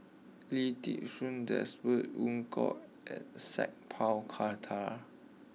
Lee Ti Seng Desmond Evon Kow and Sat Pal Khattar